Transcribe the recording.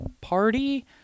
party